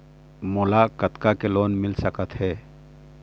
मोला कतका के लोन मिल सकत हे?